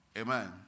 Amen